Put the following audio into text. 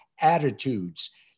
attitudes